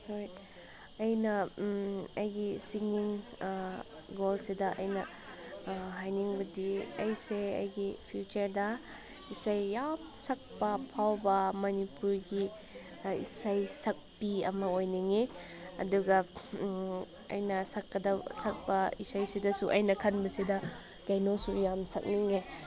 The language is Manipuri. ꯍꯣꯏ ꯑꯩꯅ ꯑꯩꯒꯤ ꯁꯤꯡꯒꯤꯡ ꯒꯣꯜꯁꯤꯗ ꯑꯩꯅ ꯍꯥꯏꯅꯤꯡꯕꯗꯤ ꯑꯩꯁꯦ ꯑꯩꯒꯤ ꯐ꯭ꯌꯨꯆꯔꯗ ꯏꯁꯩ ꯌꯥꯝꯅ ꯁꯛꯄ ꯐꯥꯎꯕ ꯃꯅꯤꯄꯨꯔꯒꯤ ꯏꯁꯩ ꯁꯛꯄꯤ ꯑꯃ ꯑꯣꯏꯅꯤꯡꯉꯤ ꯑꯗꯨꯒ ꯑꯩꯅ ꯁꯛꯀꯗꯧꯕ ꯁꯛꯄ ꯏꯁꯩ ꯁꯤꯗꯁꯨ ꯑꯩꯅ ꯈꯟꯕꯁꯤꯗ ꯀꯩꯅꯣꯁꯨ ꯌꯥꯝ ꯁꯛꯅꯤꯡꯉꯦ